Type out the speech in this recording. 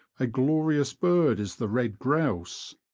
a glorious bird is the red grouse!